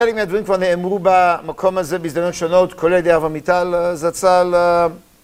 כל מיני דברים כבר נאמרו במקום הזה, בזדמנות שונות, כולל ידי אברמיטל, זה הצהר.